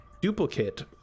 duplicate